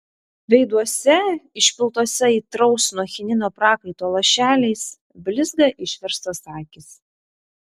veiduose išpiltuose aitraus nuo chinino prakaito lašeliais blizga išverstos akys